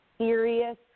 serious